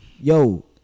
yo